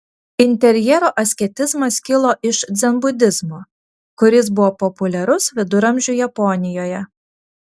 interjero asketizmas kilo iš dzenbudizmo kuris buvo populiarus viduramžių japonijoje